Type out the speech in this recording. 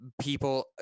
people